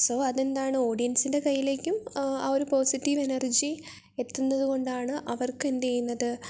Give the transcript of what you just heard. so അതെന്താണ് ഓടിയൻസിൻ്റെ കയ്യിലേക്കും ആ ഒരു പോസിറ്റീവ് എനർജി എത്തുന്നതുകൊണ്ടാണ് അവർക്ക് എന്ത് ചെയ്യുന്നത്